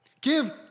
Give